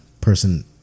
person